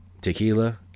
Tequila